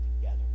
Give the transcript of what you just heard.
together